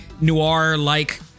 noir-like